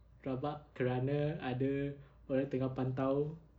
rabak kerana ada orang tengah pantau